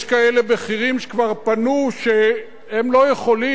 יש כאלה בכירים שכבר פנו שהם לא יכולים,